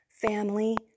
family